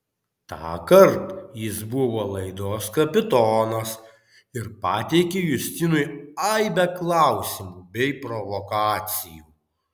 tąkart jis buvo laidos kapitonas ir pateikė justinui aibę klausimų bei provokacijų